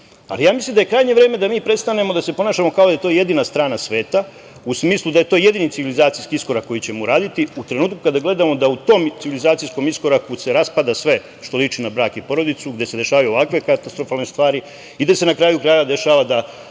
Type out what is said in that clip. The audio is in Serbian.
ali mislim da je krajnje vreme da prestanemo da se ponašamo kao da je to jedina strana sveta, u smislu da je to jedini civilizacijski iskorak koji ćemo uraditi, u trenutku kada gledamo da u tom civilizacijskom iskoraku se raspada sve što liči na brak i porodicu, gde se dešavaju ovakve katastrofalne stvari i da se, na kraju krajeva, dešava da